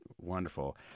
wonderful